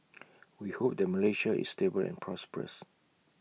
we hope that Malaysia is stable and prosperous